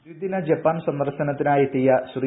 ദ്ധിദിന Japan സന്ദർശനത്തിനായി എത്തിയ ശ്രീ